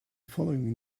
following